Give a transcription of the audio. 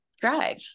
drive